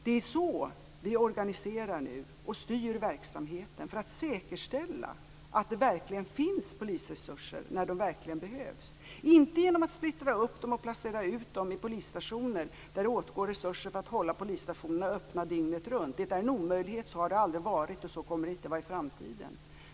Det är så verksamheten organiseras, dvs. för att säkerställa att det verkligen finns polisresurser när de verkligen behövs. De skall inte splittras upp och placeras ut vid polisstationer där det åtgår resurser för att hålla polisstationerna öppna dygnet runt - det är en omöjlighet, så har det aldrig varit och så kommer det inte att vara i framtiden.